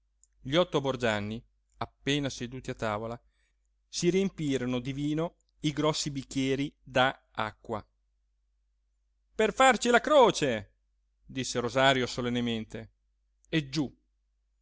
gli otto borgianni appena seduti a tavola si riempirono di vino i grossi bicchieri da acqua per farci la croce disse rosario solennemente e giú